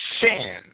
sin